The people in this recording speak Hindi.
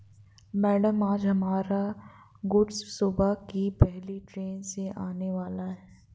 मैडम आज हमारा गुड्स सुबह की पहली ट्रैन से आने वाला है